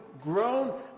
grown